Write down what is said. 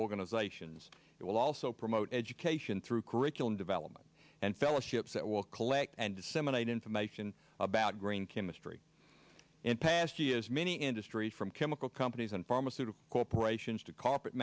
organizations that will also promote education through curriculum development and fellowships that will collect and disseminate information about green chemistry in past years many industries from chemical companies and pharmaceutical ration to carpet